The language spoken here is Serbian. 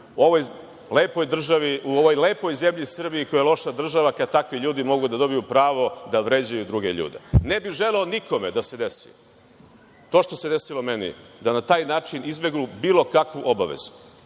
u ovoj lepoj zemlji Srbiji koja je loša država kada takvi ljudi mogu da dobiju pravo da vređaju druge ljude. Ne bih želeo nikome da se desi to što se desilo meni, da na taj način izbegnu bilo kakvu obavezu,